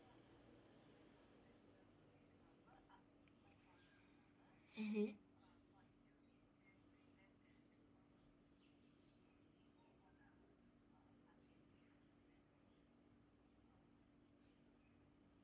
mmhmm